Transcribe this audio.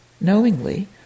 knowingly